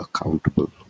accountable